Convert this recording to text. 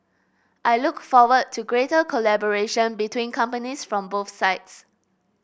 I look forward to greater collaboration between companies from both sides